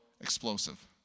explosive